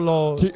Lord